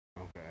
Okay